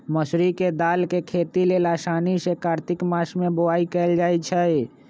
मसूरी के दाल के खेती लेल आसीन से कार्तिक मास में बोआई कएल जाइ छइ